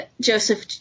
joseph